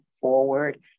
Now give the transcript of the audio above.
forward